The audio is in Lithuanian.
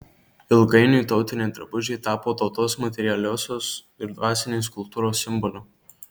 ilgainiui tautiniai drabužiai tapo tautos materialiosios ir dvasinės kultūros simboliu